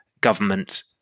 government